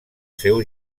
seu